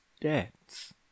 debts